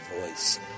voice